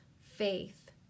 faith